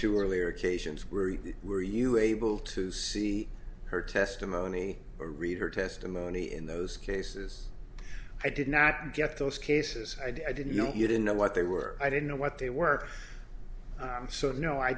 to earlier occasions where were you able to see her testimony reader testimony in those cases i did not get those cases i didn't know you didn't know what they were i didn't know what they were so no i